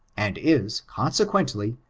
and is, consequently,